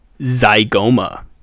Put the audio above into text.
zygoma